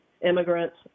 immigrants